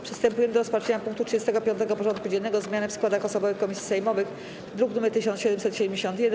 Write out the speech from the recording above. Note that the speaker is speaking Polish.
Przystępujemy do rozpatrzenia punktu 35. porządku dziennego: Zmiany w składach osobowych komisji sejmowych (druk nr 1771)